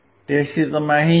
તેથી તમે અહીં જુઓ